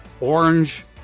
orange